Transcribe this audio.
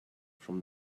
from